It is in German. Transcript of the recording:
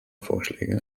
vorschläge